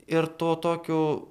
ir tuo tokiu